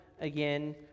again